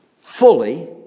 fully